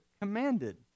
commanded